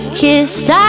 kissed